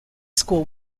school